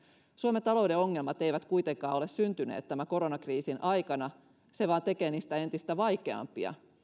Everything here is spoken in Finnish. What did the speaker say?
suomen talouden ongelmat eivät kuitenkaan ole syntyneet tämän koronakriisin aikana se vain tekee niistä entistä vaikeampia